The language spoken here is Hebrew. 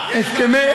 הסכמי,